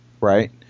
right